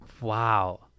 wow